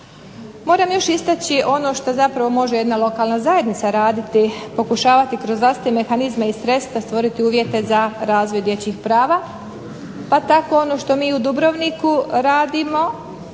Moram još istaći ono što zapravo može jedna lokalna zajednica raditi, pokušavati kroz vlastite mehanizme i sredstva stvoriti uvjete za razvoj dječjih prava pa tako ono što mi u Dubrovniku radimo,